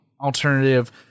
alternative